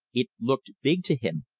it looked big to him,